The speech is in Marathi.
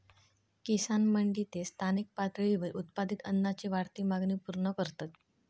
किसान मंडी ते स्थानिक पातळीवर उत्पादित अन्नाची वाढती मागणी पूर्ण करतत